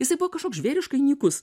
jisai buvo kažkoks žvėriškai nykus